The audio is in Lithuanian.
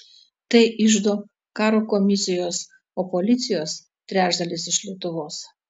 tai iždo karo komisijos o policijos trečdalis iš lietuvos